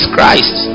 Christ